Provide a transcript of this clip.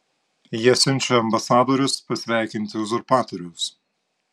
jie siunčia ambasadorius pasveikinti uzurpatoriaus